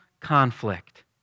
conflict